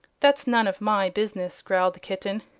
that's none of my business, growled the kitten.